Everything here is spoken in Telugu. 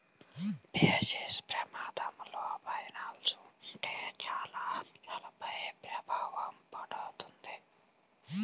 బేసిస్ ప్రమాదంలో ఫైనాన్స్ ఉంటే చాలా అంశాలపైన ప్రభావం పడతది